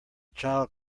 child